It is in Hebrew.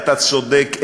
אתה צודק,